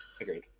Agreed